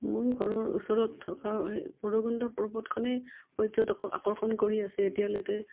মোৰ ঘৰৰ ওচৰত থকা এই ভৈৰৱকুণ্ড পৰ্বতখনেই পৰ্যটকক আকৰ্ষণ কৰি আছে এতিয়ালৈকে